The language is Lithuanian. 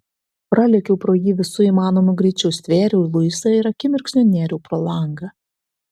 pralėkiau pro jį visu įmanomu greičiu stvėriau luisą ir akimirksniu nėriau pro langą